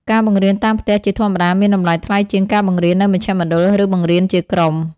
ការបង្រៀនតាមផ្ទះជាធម្មតាមានតម្លៃថ្លៃជាងការបង្រៀននៅមជ្ឈមណ្ឌល ឬបង្រៀនជាក្រុម។